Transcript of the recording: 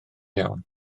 iawn